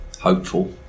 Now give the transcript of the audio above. hopeful